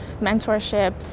mentorship